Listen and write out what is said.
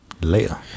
later